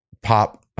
pop